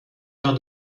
mère